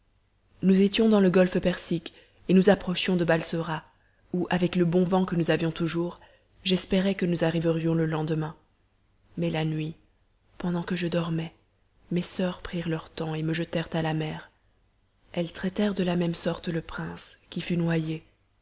nous étions dans le golfe persique et nous approchions de balsora où avec le bon vent que nous avions toujours j'espérais que nous arriverions le lendemain mais la nuit pendant que je dormais mes soeurs prirent leur temps et me jetèrent à la mer elles traitèrent de la même sorte le prince qui fut noyé